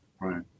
Right